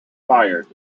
fired